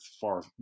far